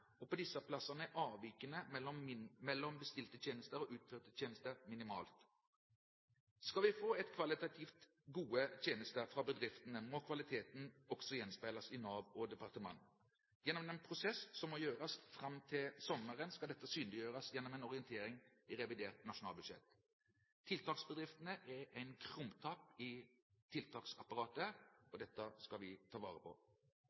og på disse stedene er avvikene mellom bestilte tjenester og utførte tjenester minimale. Skal vi få kvalitativt gode tjenester fra bedriftene, må kvaliteten også gjenspeiles i Nav og i departementet. Gjennom en prosess som må gå fram til sommeren, skal dette synliggjøres gjennom en orientering i revidert nasjonalbudsjett. Tiltaksbedriftene er en krumtapp i tiltaksapparatet, og dette skal vi ta vare på.